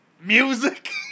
Music